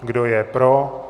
Kdo je pro?